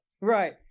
right